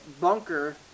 bunker